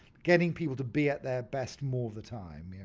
getting people to be at their best more of the time.